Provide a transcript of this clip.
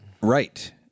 Right